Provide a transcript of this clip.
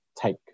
take